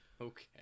Okay